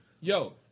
yo